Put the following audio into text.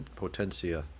potentia